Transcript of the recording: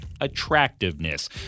attractiveness